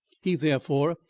he, therefore,